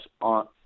on